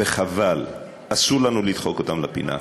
וחבל, אסור לנו לדחוק אותם לפינה.